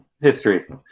history